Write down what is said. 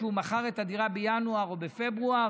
כשהוא מכר את הדירה בינואר או בפברואר.